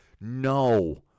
no